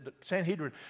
Sanhedrin